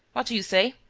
what do you say?